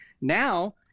now